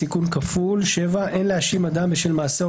7.סיכון כפול אין להאשים אדם בשל מעשה או